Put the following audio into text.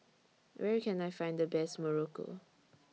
Where Can I Find The Best Muruku